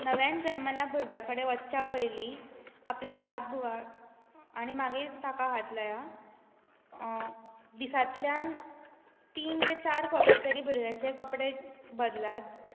नव्यान जन्मला भुरग्या कडेन वच्चा पयलीं आपले हात धुयात आनी मागीर ताका हात लायात दिसांतल्यान तीन ते चार फावटी तरी भुरग्यांचे कपडे बदलात